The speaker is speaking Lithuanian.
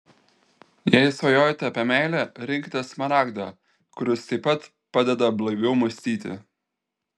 jei svajojate apie meilę rinkitės smaragdą kuris taip pat padeda blaiviau mąstyti